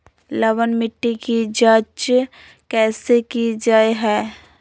लवन मिट्टी की जच कैसे की जय है?